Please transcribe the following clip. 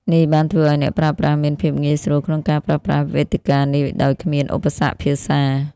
នេះបានធ្វើឲ្យអ្នកប្រើប្រាស់មាន ភាពងាយស្រួលក្នុងការប្រើប្រាស់វេទិកានេះដោយគ្មានឧបសគ្គភាសា។